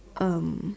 um